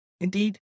Indeed